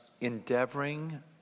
endeavoring